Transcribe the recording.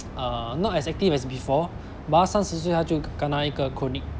uh not as active as before but 他三十岁他就 kena 一个 chronic